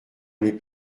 aller